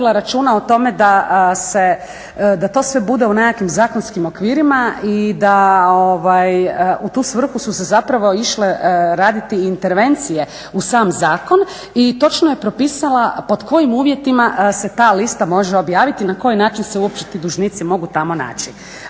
je ipak vodila računa o tome da to sve bude u nekakvim zakonskim okvirima i da u tu svrhu su se išle raditi intervencije u sam zakon i točno je propisala pod kojim uvjetima se ta lista može objaviti i na koji način se uopće ti dužnici mogu tamo naći.